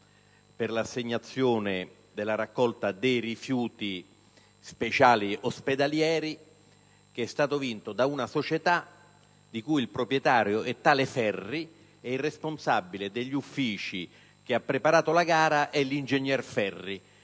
per l'assegnazione della raccolta dei rifiuti speciali ospedalieri. La gara è stata vinta da una società il cui proprietario è tale Ferri e il responsabile dell'ufficio che ha preparato la gara è l'ingegner Ferri.